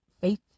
faith